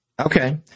okay